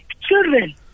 Children